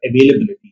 availability